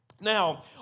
Now